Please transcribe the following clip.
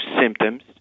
symptoms